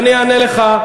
אני אענה לך.